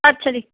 ਅੱਛਾ ਜੀ